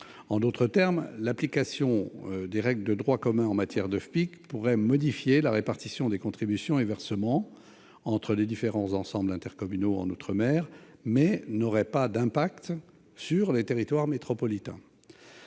En d'autres termes, l'application des règles de droit commun en matière de FPIC pourrait modifier la répartition des contributions et versements entre les ensembles intercommunaux en outre-mer, mais n'aurait pas d'impact sur les territoires métropolitains.